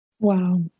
Wow